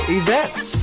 events